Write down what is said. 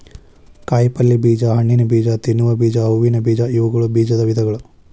ಕಾಯಿಪಲ್ಯ ಬೇಜ, ಹಣ್ಣಿನಬೇಜ, ತಿನ್ನುವ ಬೇಜ, ಹೂವಿನ ಬೇಜ ಇವುಗಳು ಬೇಜದ ವಿಧಗಳು